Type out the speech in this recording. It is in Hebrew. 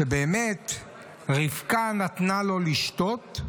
שרבקה נתנה לו לשתות,